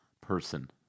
person